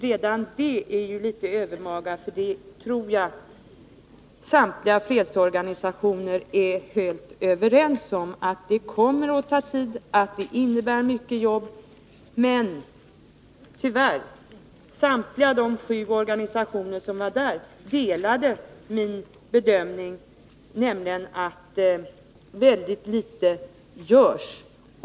Redan det är ju litet övermaga, för jag tror att samtliga fredsorganisationer är helt överens om att det kommer att ta tid och att det innebär mycket jobb. Samtliga sju organisationer som var där delade tyvärr min uppfattning, nämligen att väldigt litet görs.